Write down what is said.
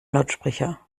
lautsprecher